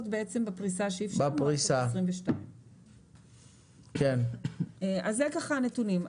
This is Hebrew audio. בפריסה שאפשרנו עד סוף 2022. זה לגבי הנתונים.